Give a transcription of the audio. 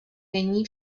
není